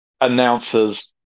announcers